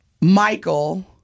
Michael